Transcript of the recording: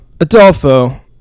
adolfo